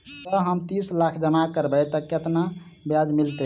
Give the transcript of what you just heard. जँ हम तीस लाख जमा करबै तऽ केतना ब्याज मिलतै?